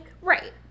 right